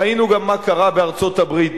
ראינו מה קרה בארצות-הברית,